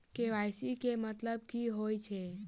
KYC केँ मतलब की होइ छै?